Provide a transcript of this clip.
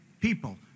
people